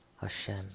Hashem